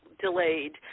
delayed